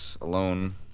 alone